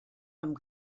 amb